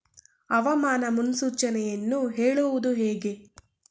ಹವಾಮಾನ ಮುನ್ಸೂಚನೆಯನ್ನು ಹೇಳುವುದು ಹೇಗೆ?